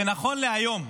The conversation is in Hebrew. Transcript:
ונכון להיום,